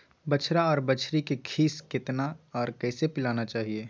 बछरा आर बछरी के खीस केतना आर कैसे पिलाना चाही?